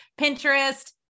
Pinterest